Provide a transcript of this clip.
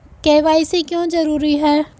KYC क्यों जरूरी है?